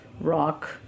rock